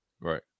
Right